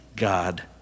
God